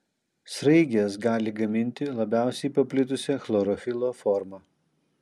sraigės gali gaminti labiausiai paplitusią chlorofilo formą